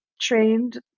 trained